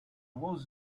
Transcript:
was